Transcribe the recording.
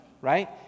right